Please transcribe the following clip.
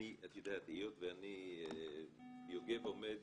את יודעת, היות ויוגב עומד